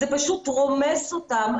זה פשוט רומס אותם,